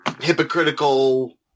hypocritical